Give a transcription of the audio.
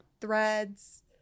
Threads